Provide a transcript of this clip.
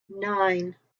nine